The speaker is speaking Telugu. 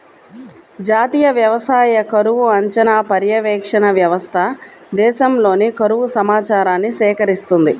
జాతీయ వ్యవసాయ కరువు అంచనా, పర్యవేక్షణ వ్యవస్థ దేశంలోని కరువు సమాచారాన్ని సేకరిస్తుంది